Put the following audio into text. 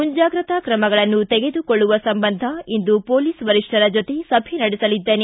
ಮುಂಜಾಗ್ರತಾ ಕ್ರಮಗಳನ್ನು ತೆಗೆದುಕೊಳ್ಳವ ಸಂಬಂಧ ಇಂದು ಪೊಲೀಸ್ ವರಿಷ್ಠರ ಜೊತೆ ಸಭೆ ನಡೆಸಲಿದ್ದೇನೆ